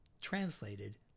translated